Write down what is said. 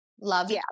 love